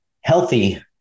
healthy